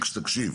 רק שתקשיב.